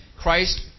Christ